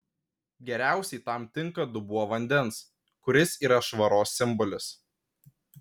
geriausiai tam tinka dubuo vandens kuris yra švaros simbolis